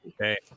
okay